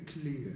clear